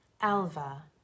Alva